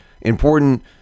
Important